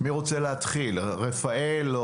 מי רוצה להתחיל, רפאל?